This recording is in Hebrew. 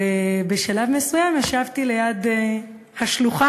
בשלב מסוים ישבתי ליד השלוחה,